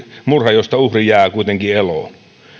murha josta uhri jää kuitenkin eloon